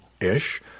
Ish